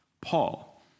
Paul